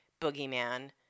boogeyman